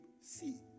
See